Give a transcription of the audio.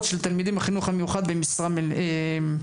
של תלמידי החינוך המיוחד במשרה מלאה.